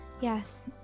Yes